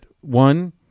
one